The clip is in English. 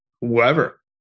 whoever